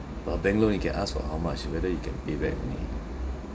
but bank loan you can ask for how much whether you can pay back only